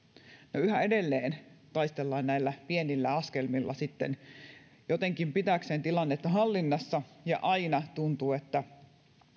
ja yhä edelleen taistellaan näillä pienillä askelmilla jotta jotenkin pidettäisiin tilannetta hallinnassa ja tuntuu että